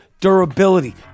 durability